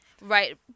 right